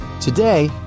Today